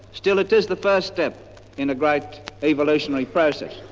still, it is the first step in the great evolutionary process.